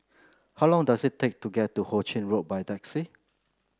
how long does it take to get to Ho Ching Road by taxi